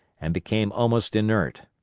and became almost inert.